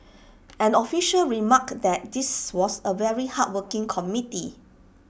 an official remarked that this was A very hardworking committee